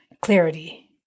clarity